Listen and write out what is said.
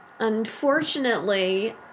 Unfortunately